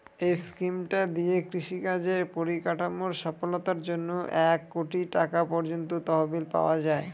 এই স্কিমটা দিয়ে কৃষি কাজের পরিকাঠামোর সফলতার জন্যে এক কোটি টাকা পর্যন্ত তহবিল পাওয়া যায়